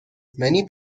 many